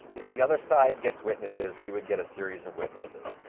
if the other side gets witnesses, we would get a series of witnesses.